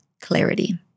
clarity